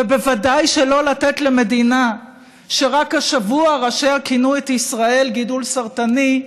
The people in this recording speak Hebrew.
וודאי שלא לתת למדינה שרק השבוע ראשיה כינו את ישראל "גידול סרטני"